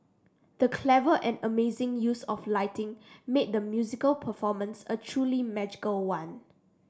the clever and amazing use of lighting made the musical performance a truly magical one